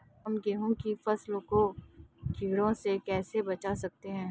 हम गेहूँ की फसल को कीड़ों से कैसे बचा सकते हैं?